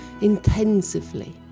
intensively